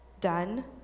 done